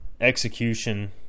execution